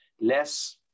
less